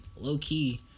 low-key